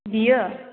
बियो